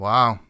Wow